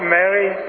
Mary